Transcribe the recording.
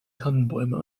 tannenbäume